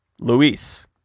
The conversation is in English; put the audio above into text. luis